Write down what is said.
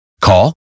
Call